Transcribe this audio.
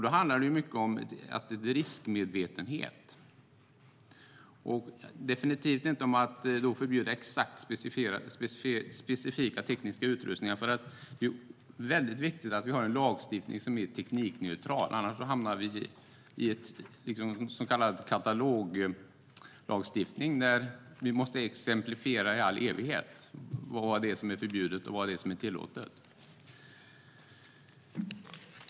Då handlar det mycket om riskmedvetenhet och definitivt inte om att förbjuda specifik teknisk utrustning. Det är nämligen viktigt att vi har en lagstiftning som är teknikneutral, för annars hamnar vi i en så kallad kataloglagstiftning där vi måste exemplifiera i all evighet vad som är förbjudet och vad som är tillåtet.